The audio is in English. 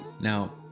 now